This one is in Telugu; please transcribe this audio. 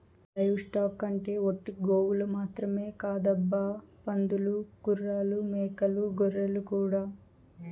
లైవ్ స్టాక్ అంటే ఒట్టి గోవులు మాత్రమే కాదబ్బా పందులు గుర్రాలు మేకలు గొర్రెలు కూడా